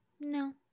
No